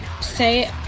say